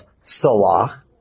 Salah